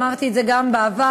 אמרתי את זה גם בעבר,